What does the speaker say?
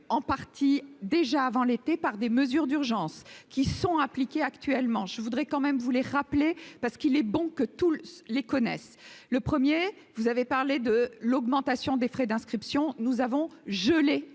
en partie déjà avant l'été par des mesures d'urgence qui sont appliquées actuellement je voudrais quand même vous les rappeler parce qu'il est bon que tous les connaissent le premier, vous avez parlé de l'augmentation des frais d'inscription, nous avons gelé